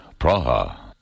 Praha